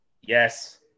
Yes